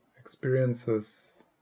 experiences